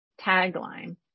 tagline